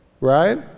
right